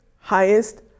highest